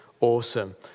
awesome